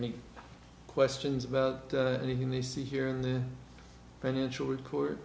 any questions about anything they see here in their financial record